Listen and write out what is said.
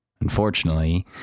Unfortunately